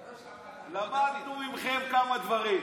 אתה לא שמעת, למדנו מכם כמה דברים.